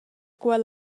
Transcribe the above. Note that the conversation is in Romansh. quel